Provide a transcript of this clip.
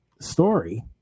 story